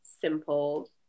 simple